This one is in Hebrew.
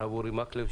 הרב אורי מקלב,